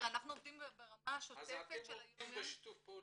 אנחנו עובדים ברמה השוטפת של היום יום.